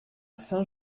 saint